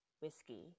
Whiskey